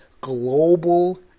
global